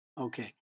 Okay